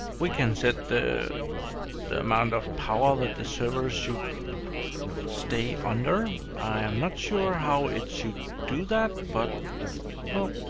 we can set the the amount of power that the server should stay under. i am not sure how it should do that, but well,